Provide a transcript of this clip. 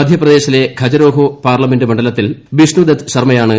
മധ്യപ്രദേശിലെ ഖജരേഹോ പാർലമെന്റ് മണ്ഡലത്തിൽ ബിഷ്ണുദത്ത് ശർമയാണ് ബി